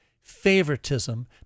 favoritism